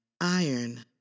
iron